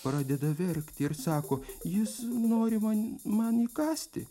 pradeda verkti ir sako jis nori man man įkąsti